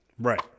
Right